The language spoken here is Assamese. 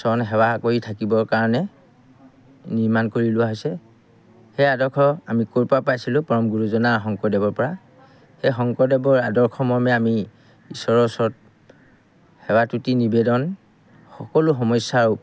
চৰণ সেৱা কৰি থাকিবৰ কাৰণে নিৰ্মাণ কৰি লোৱা হৈছে সেই আদৰ্শ আমি ক'ৰপৰা পাইছিলোঁ পৰম গুৰুজনা শংকৰদেৱৰপৰা সেই শংকৰদেৱৰ আদৰ্শমৰ্মে আমি ঈশ্বৰৰ ওচৰত সেৱা তুতি নিবেদন সকলো সমস্যাৰ